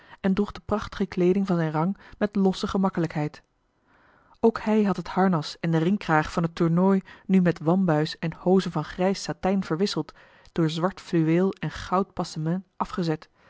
en droeg de prachtige kleeding van zijn rang met losse gemakkelijkheid ook hij had het harnas en den ringkraag van het tournooi nu met wambuis en hozen van grijs satijn verwisseld door zwart fluweel en goud passement afgezet